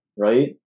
right